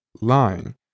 lying